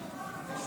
בבקשה.